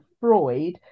Freud